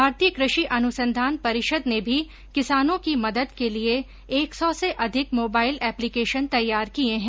भारतीय कृषि अन्संधान परिषद ने भी किसानों की मदद के लिए एक सौ से अधिक मोबाइल एप्लीकेशन तैयार किए हैं